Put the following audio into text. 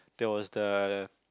there was the